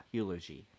Eulogy